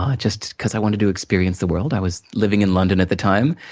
um just because i wanted to experience the world, i was living in london at the time.